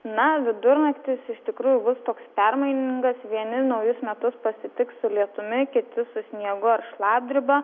na vidurnaktis iš tikrųjų bus toks permainingas vieni naujus metus pasitiks su lietumi kiti su sniegu ar šlapdriba